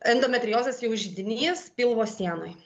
endometriozės jau židinys pilvo sienoj